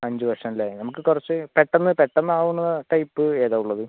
അഞ്ച് വർഷം അല്ലെ നമുക്ക് കുറച്ച് പെട്ടെന്ന് പെട്ടെന്ന് ആവുന്ന ടൈപ്പ് ഏതാ ഉള്ളത്